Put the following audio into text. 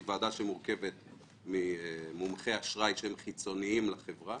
זו ועדה שמורכבת ממומחי אשראי חיצוניים לחברה.